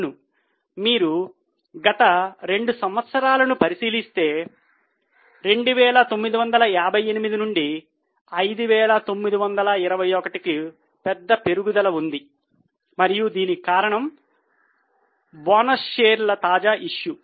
అవును మీరు గత 2 సంవత్సరాలను పరిశీలిస్తే 2958 నుండి 5921 కు పెద్ద పెరుగుదల ఉంది మరియు దీనికి కారణం బోనస్ షేర్ల తాజా ఇష్యూ